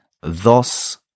thus